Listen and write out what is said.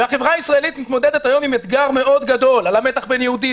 החברה הישראלית מתמודדת היום עם אתגר מאוד גדול: על המתח בין יהודית